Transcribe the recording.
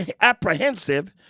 apprehensive